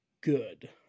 good